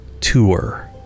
tour